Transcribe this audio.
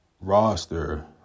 roster